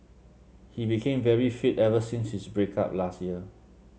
he became very fit ever since his break up last year